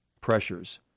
pressures